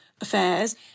affairs